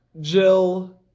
Jill